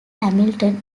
hamilton